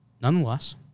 nonetheless